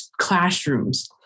classrooms